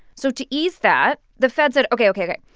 so to ease that, the fed said, ok, ok, ok,